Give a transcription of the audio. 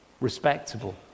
respectable